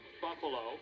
Buffalo